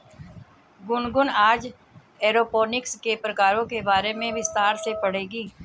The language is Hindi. गुनगुन आज एरोपोनिक्स के प्रकारों के बारे में विस्तार से पढ़ेगी